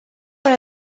per